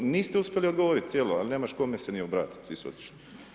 Niste uspjeli odgovorit cijelo, ali nemaš kome se ni obratit, svi su otišli.